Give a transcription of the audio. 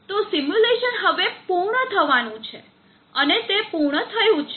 તો સિમ્યુલેશન હવે પૂર્ણ થવાનું છે અને તે પૂર્ણ થયું છે